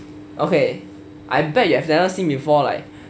okay I bet you have never seen before like